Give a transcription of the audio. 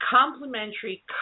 complementary